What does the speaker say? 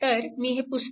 तर मी हे पुसतो